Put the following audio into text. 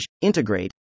integrate